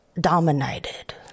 dominated